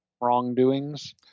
wrongdoings